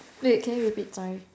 wait can you repeat sorry